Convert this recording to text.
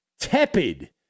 tepid